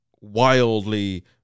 wildly